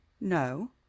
No